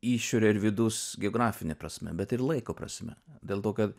išore ir vidus geografine prasme bet ir laiko prasme dėl to kad